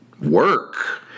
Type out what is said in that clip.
Work